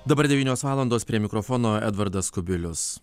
dabar devynios valandos prie mikrofono edvardas kubilius